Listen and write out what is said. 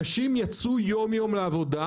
אנשים יצאו יום יום לעבודה.